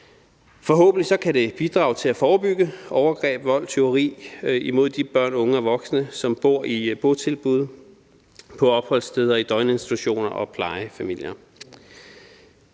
Forhåbentlig kan det bidrage til at forebygge overgreb, vold, tyveri imod de børn, unge og voksne, som bor i botilbud, på opholdsstederne, i døgninstitutioner og plejefamilier.